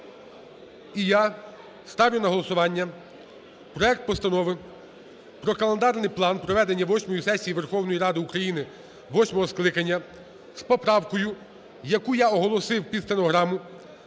І я ставлю на голосування проект Постанови про Календарний план проведення восьмої сесії Верховної Ради України восьмого скликання з поправкою, яку я оголосив під стенограму